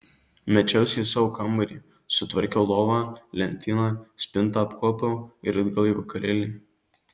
mečiausi į savo kambarį sutvarkiau lovą lentyną spintą apkuopiau ir atgal į vakarėlį